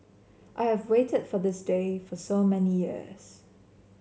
I have waited for this day for so many years